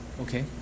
okay